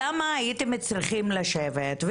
למה הייתם צריכים לשבת,